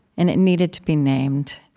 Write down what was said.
and it needed to be named.